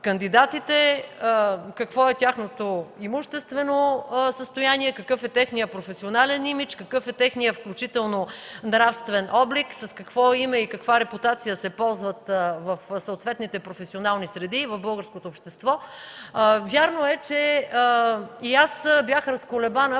какво е тяхното имуществено състояние, какъв е техният професионален имидж, какъв е техният нравствен облик, с какво име и с каква репутация се ползват в съответните професионални среди и в българското общество. Вярно е, че и аз бях разколебана